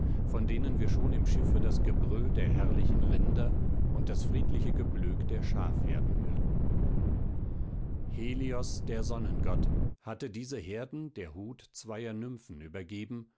von denen wir schon im schiffe das gebrüll der herrlichen rinder und das friedliche geblök der schafherden hörten helios der sonnengott hatte diese herden der hut zweier nymphen übergeben